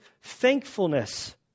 thankfulness